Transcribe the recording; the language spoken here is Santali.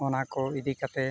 ᱚᱱᱟᱠᱚ ᱤᱫᱤ ᱠᱟᱛᱮ